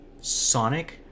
Sonic